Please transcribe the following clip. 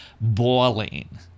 boiling